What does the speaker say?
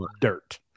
dirt